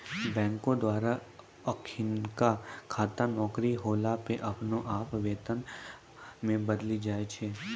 बैंको द्वारा अखिनका खाता नौकरी होला पे अपने आप वेतन खाता मे बदली जाय छै